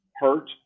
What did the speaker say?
hurt